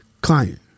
client